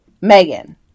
Megan